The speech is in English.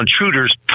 intruders